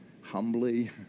humbly